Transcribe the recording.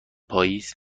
پاییز